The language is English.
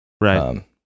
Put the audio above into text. Right